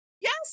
Yes